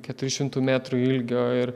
keturių šimtų metrų ilgio ir